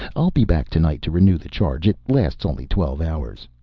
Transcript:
i'll be back tonight to renew the charge. it lasts only twelve hours.